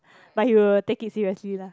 but he will take it seriously lah